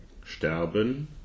Sterben